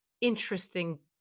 interesting